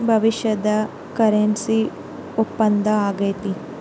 ಭವಿಷ್ಯದ ಕರೆನ್ಸಿ ಒಪ್ಪಂದ ಆಗೈತೆ